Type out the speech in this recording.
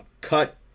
cut